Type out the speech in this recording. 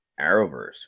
Arrowverse